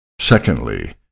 Secondly